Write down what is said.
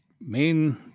Main